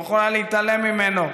את לא יכולה להתעלם ממנו.